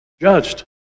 judged